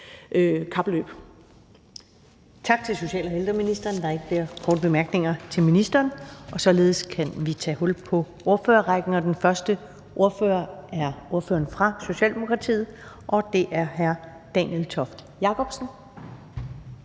Tak til social- og ældreministeren. Der er ikke flere korte bemærkninger til ministeren, og således kan vi tage hul på ordførerrækken. Den første ordfører er ordføreren fra Socialdemokratiet, og det er hr. Daniel Toft Jakobsen.